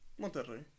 Monterrey